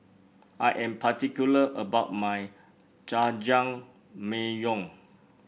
I am particular about my Jajangmyeon